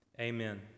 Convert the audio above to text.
amen